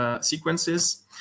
sequences